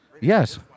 Yes